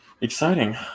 exciting